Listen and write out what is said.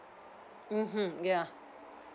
mmhmm yeah